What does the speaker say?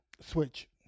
switch